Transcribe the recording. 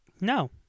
No